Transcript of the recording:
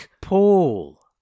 Paul